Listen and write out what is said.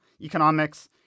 economics